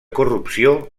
corrupció